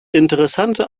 interessante